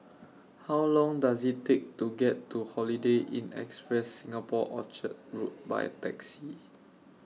How Long Does IT Take to get to Holiday Inn Express Singapore Orchard Road By Taxi